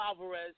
Alvarez